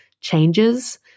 changes